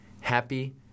Happy